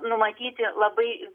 numatyti labai